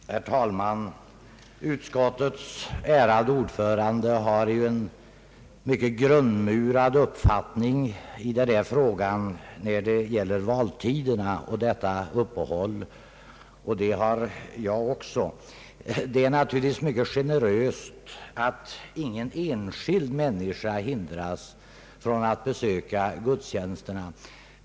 Herr talman! Utskottets ärade ordförande har en mycket grundmurad uppfattning vad gäller tiden för vallokalernas öppethållande och ett uppehåll under gudstjänsttid. Det har jag också. Det är naturligtvis mycket generöst att ingen enskild människa hindras från att besöka gudstjänsterna.